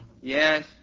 Yes